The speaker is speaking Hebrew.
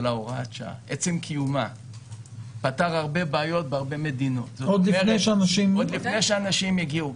הוראת השעה פתר הרבה בעיות בהרבה מדינות עוד לפני שאנשים הגיעו,